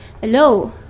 Hello